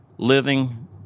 Living